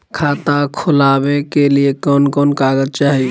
खाता खोलाबे के लिए कौन कौन कागज चाही?